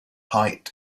height